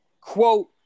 quote